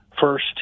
First